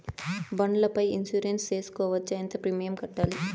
బండ్ల పై ఇన్సూరెన్సు సేసుకోవచ్చా? ఎంత ప్రీమియం కట్టాలి?